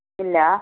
ഇല്ല